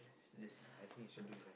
this